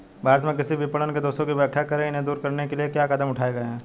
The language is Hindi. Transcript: भारत में कृषि विपणन के दोषों की व्याख्या करें इन्हें दूर करने के लिए क्या कदम उठाए गए हैं?